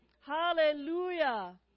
Hallelujah